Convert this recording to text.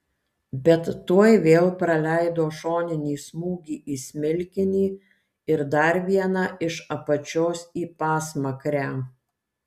bet tuoj vėl praleido šoninį smūgį į smilkinį ir dar vieną iš apačios į pasmakrę